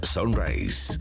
Sunrise